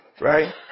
Right